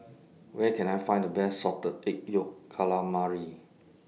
Where Can I Find The Best Salted Egg Yolk Calamari